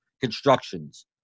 constructions